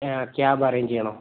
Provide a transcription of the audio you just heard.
cab arrange ചെയ്യണോ